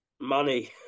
Money